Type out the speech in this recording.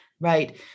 right